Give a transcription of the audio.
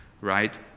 Right